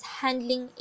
handling